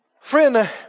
Friend